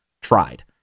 tried